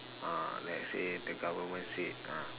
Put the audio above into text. uh let's say the government said uh